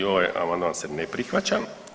I ovaj amandman se ne prihvaća.